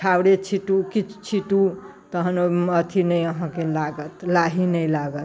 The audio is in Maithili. छाउरे छीँटू किछु छीँटू तहन ओ अथि नहि अहाँकेँ लागत लाही नहि लागत